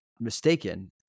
mistaken